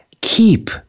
keep